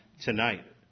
tonight